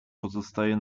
pozostaje